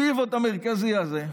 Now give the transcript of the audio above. ה-pivot המרכזי הזה,